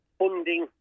funding